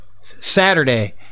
Saturday